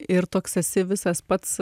ir toks esi visas pats